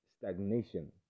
stagnation